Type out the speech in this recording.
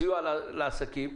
סיוע לעסקים,